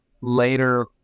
later